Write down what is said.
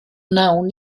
wnawn